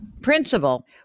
Principal